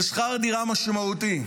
זה שכר דירה משמעותי.